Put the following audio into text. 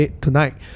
tonight